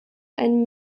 ein